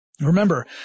Remember